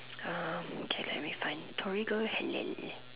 uh okay let me find Torigo halal